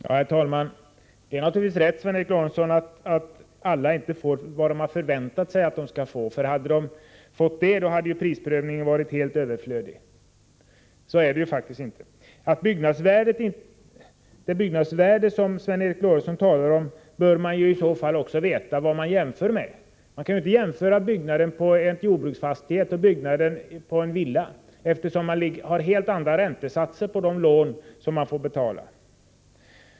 Herr talman! Vad Sven Eric Lorentzon här säger är naturligtvis rätt, nämligen att inte alla vid en fastighetsförsäljning får ut vad de förväntat sig. För om så hade varit fallet, skulle prisprövningen ha varit helt överflödig. Men så är det alltså inte. När det gäller det byggnadsvärde som Sven Eric Lorentzon talar om vill jag framhålla att man bör veta vad man jämför med. Man kan inte göra jämförelser mellan en byggnad på en jordbruksfastighet och en byggnad på en villafastighet, eftersom räntesatserna på lånen är helt olika.